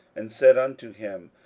and said unto him,